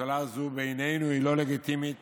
הממשלה הזו, בעינינו היא לא לגיטימית